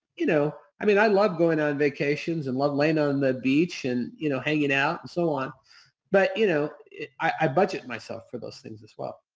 you know i mean, i love going on vacations and love laying on the beach and you know hanging out and so on but you know i budget myself for those things as well.